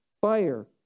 Fire